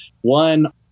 One